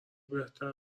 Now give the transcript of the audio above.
بهتره